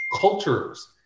cultures